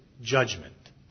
judgment